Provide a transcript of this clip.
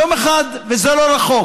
יום אחד, וזה לא רחוק,